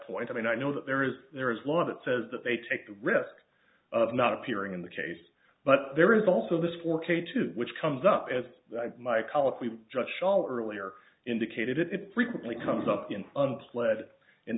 point i mean i know that there is there is law that says that they take the risk of not appearing in the case but there is also this for k two which comes up as my colloquy judge schaller earlier indicated it frequently comes up in